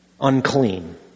unclean